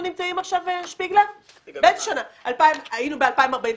היינו ב-2045,